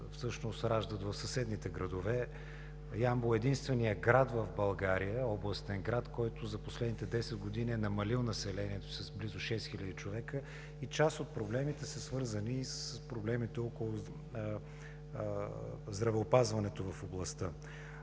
всъщност раждат в съседните градове. Ямбол е единственият областен град в България, който за последните 10 години е намалил населението си с близо 6 хиляди човека и част от проблемите са свързани с проблемите около здравеопазването в областта.